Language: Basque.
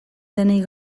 denei